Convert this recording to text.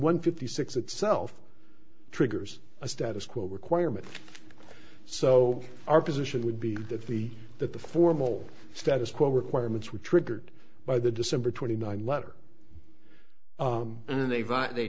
one fifty six itself triggers a status quo requirement so our position would be that the that the formal status quo requirements were triggered by the december twenty nine letter and they